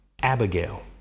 Abigail